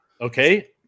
okay